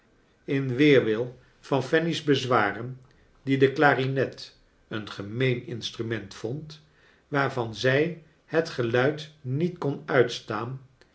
in weerwil van fanny's bezwaren die de clarinet een gemeen instrument vond waarvan zg het geluid niet kon uitstaan